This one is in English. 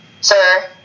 Sir